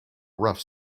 rough